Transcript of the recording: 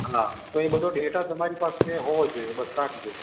હા તો એ બધો ડેટા તમારી પાસે બધો હોવો જોઈએ બસ રાખજો